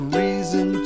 reason